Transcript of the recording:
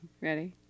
Ready